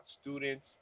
students